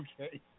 Okay